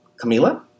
Camila